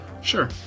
Sure